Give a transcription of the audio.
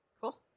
Cool